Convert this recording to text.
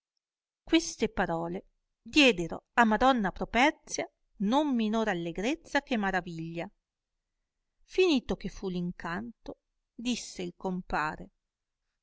queste parole diedero a madonna properzia non minor allegrezza che maraviglia finito che fu l incanto disse il compare